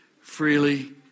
freely